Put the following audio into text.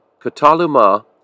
kataluma